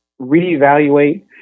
reevaluate